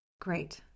Great